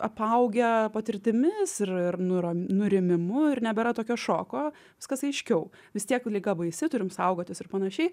apaugę patirtimis ir ir nura nurimimu ir nebėra tokio šoko viskas aiškiau vis tiek liga baisi turim saugotis ir panašiai